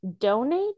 donate